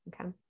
Okay